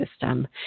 system